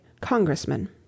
Congressman